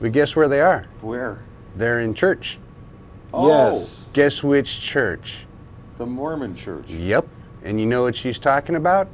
we guess where they are where they're in church guess which church the mormon church yep and you know what she's talking about